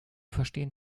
verstehen